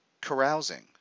Carousing